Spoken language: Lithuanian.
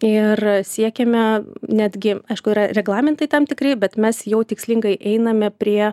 ir siekiame netgi aišku yra reglamentai tam tikri bet mes jau tikslingai einame prie